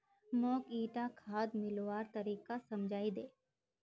मौक ईटा खाद मिलव्वार तरीका समझाइ दे